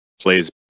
plays